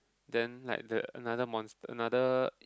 then like the another monster another